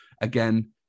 again